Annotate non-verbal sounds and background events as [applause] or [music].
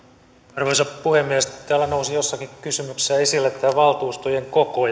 arvoisa puhemies täällä nousi jossakin kysymyksessä esille tämä valtuustojen koko [unintelligible]